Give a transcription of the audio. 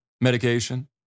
medication